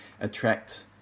attract